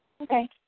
Okay